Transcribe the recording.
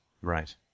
right